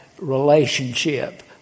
relationship